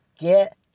get